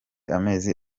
amezi